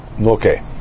Okay